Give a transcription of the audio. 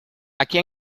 aquí